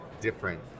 different